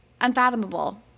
unfathomable